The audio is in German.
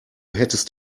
hättest